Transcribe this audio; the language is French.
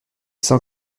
cent